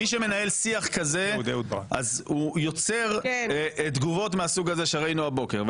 מי שמנהל שיח כזה יוצר תגובות מהסוג הזה שראינו הבוקר.